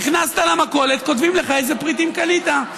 נכנסת למכולת, כותבים לך איזה פריטים קנית.